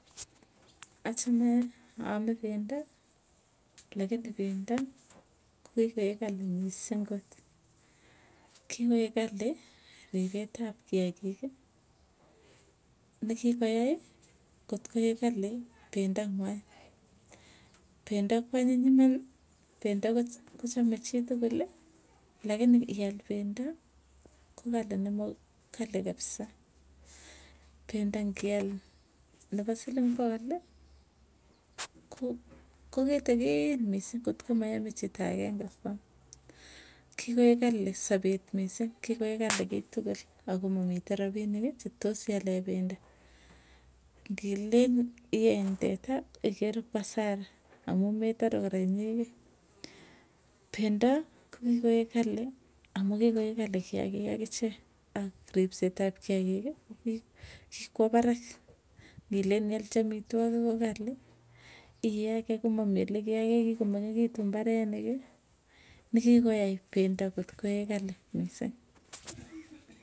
Achame aame pendo, lakini pendo kokoek kali misiing ngot. Kikoek kali ripet ap kiagiik, nikikoyai, kot koek kali pendo ngwai. Pendo kwanyiny iman pendo kochame chitukuli lakini ial pendo ko kali nema kali kapsa, pendo ngial nepo siling pokoli, ko kokitikiin misiing kotko mayame chito agenge kwam. Kikoek kali sapet misiing kikoek kali kiiy tukul akomamite rapiniki, chetos ialee pendo. Ngilen ieny teta ikere kwasara, amuu metare kora inyekei, pendo kokikoek kali amuu kikoek kali kiagik akiche ak ripset ap kiagiki, kokikwa parak. Ngilen ialchi amitwogik ko kali iae kii komamii olekeae kii kikomengekitu, mbareniki nikikoyai pendo kotkoek kali misiing.